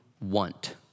want